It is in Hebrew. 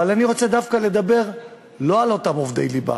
אבל אני רוצה דווקא לדבר לא על אותם עובדי ליבה,